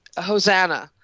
Hosanna